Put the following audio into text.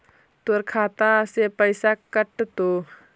तोर खतबा से पैसा कटतो?